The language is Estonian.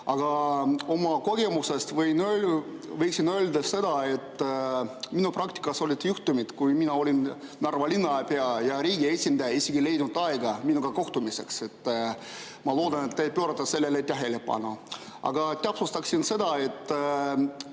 Aga oma kogemusest võiksin öelda seda, et minu praktikas on olnud juhtumeid, ajal, kui olin Narva linnapea, et riigi esindaja ei leidnud isegi aega minuga kohtumiseks. Ma loodan, et te pöörate sellele tähelepanu. Aga täpsustaksin seda, et